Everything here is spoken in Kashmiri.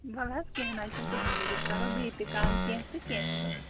وَلہٕ حظ کیٚنٛہہ نہَ حظ چھُ نہٕ تُہٕنٛدِ موٗجوٗب کَرو بیٚیہِ تہِ کم کیٚنٛہہ تہٕ کیٚنٛہہ چھُ نہٕ